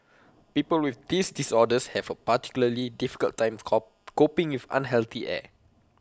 people with these disorders have A particularly difficult time coping with unhealthy air